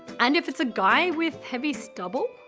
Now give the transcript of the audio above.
and if it's a guy, with heavy stubble?